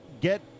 get